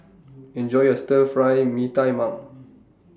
Enjoy your Stir Fry Mee Tai Mak